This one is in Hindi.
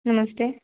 नमस्ते